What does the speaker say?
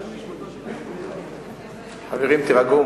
חברים, תירגעו.